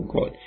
God